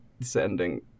sending